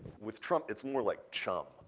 with trump it's more like chum.